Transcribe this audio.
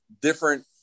different